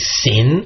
sin